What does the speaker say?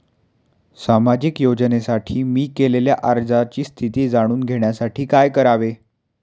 सामाजिक योजनेसाठी मी केलेल्या अर्जाची स्थिती जाणून घेण्यासाठी काय करावे?